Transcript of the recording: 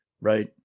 Right